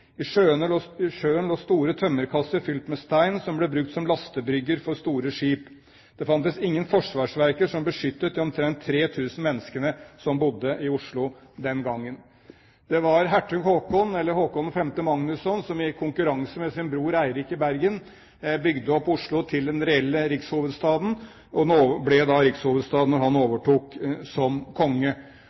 I sjøen lå store tømmerkasser fylt med stein, som ble brukt som lastebrygger for store skip. Det fantes ingen forsvarsverker som beskyttet de omtrent tre tusen menneskene som bodde der.» Det var hertug Håkon, eller Håkon 5. Magnusson, som i konkurranse med sin bror Eirik i Bergen bygde opp Oslo til den reelle rikshovedstaden. Den ble rikshovedstad da han overtok som konge.